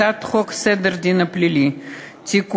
הצעת חוק סדר הדין הפלילי (תיקון,